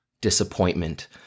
disappointment